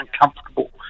uncomfortable